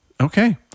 Okay